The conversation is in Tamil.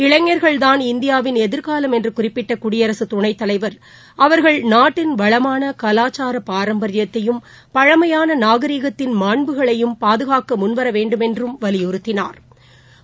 இளைஞர்கள்தான் இந்தியாவின் எதிர்காலம் என்று குறிப்பிட்ட குடியரசுத் துணைத்தலைவர் அவர்கள் நாட்டின் வளமான கவாச்சார பாரம்பரியத்தையும் பழமையான நாகிகத்தின் மாண்புகளையும் பாதுகாக்க முன்வர வேண்டும் என்று வலியுறுத்தினாா்